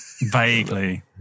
vaguely